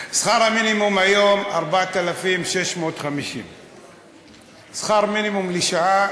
שכר המינימום היום 4,650. שכר מינימום לשעה,